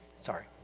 Sorry